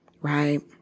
right